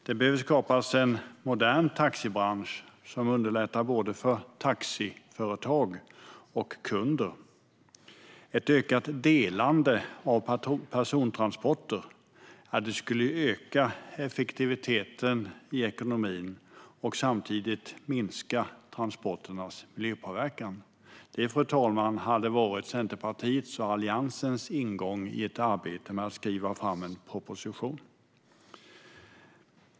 Det behöver skapas en modern taxibransch som underlättar för både taxiföretag och kunder. Ett ökat delande av persontransporter skulle öka effektiviteten i ekonomin och samtidigt minska transporternas miljöpåverkan. Det hade varit Centerpartiets och Alliansens ingång i ett arbete med att skriva fram en proposition, fru talman.